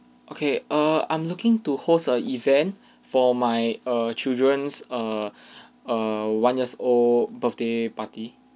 okay err I'm looking to host a event for my err children's err err one years old birthday party